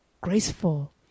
graceful